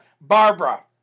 Barbara